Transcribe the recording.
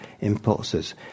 impulses